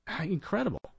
Incredible